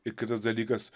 ir kitas dalykas